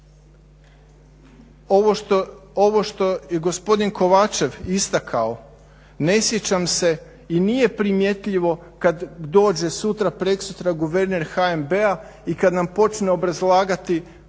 Ovo što je gospodin Kovačev istakao ne sjećam se i nije primjetljivo kad dođe sutra, preksutra guverner HNB-a i kad nam počne obrazlagati hrvatsku